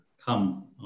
come